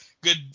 good